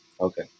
Okay